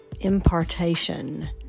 impartation